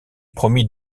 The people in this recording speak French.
promit